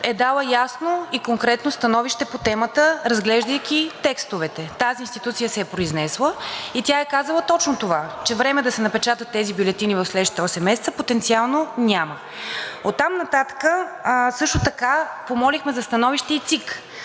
е дала ясно и конкретно становище по темата, разглеждайки текстовете. Тази институция се е произнесла и тя е казала точно това, че време да се напечатат тези бюлетини в следващите осем месеца потенциално няма. Оттам нататък също така помолихме за становище и ЦИК,